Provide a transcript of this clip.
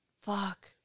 fuck